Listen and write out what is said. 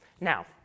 Now